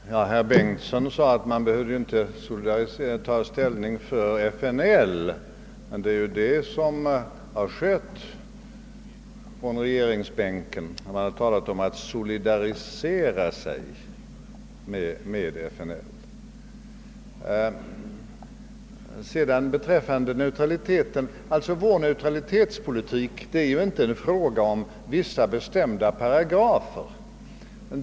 Herr talman! Herr Bengtsson sade att man inte behövde ta ställning för FNL. Men det är ju vad som har skett när man från regeringsbänken har talat om att solidarisera sig med FNL. Vår neutralitetspolitik är inte en fråga om vissa bestämda paragrafer.